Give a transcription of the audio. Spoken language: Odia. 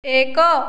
ଏକ